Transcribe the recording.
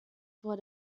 vor